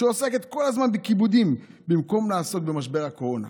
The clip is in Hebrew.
שעוסקת כל הזמן בכיבודים במקום לעסוק במשבר הקורונה.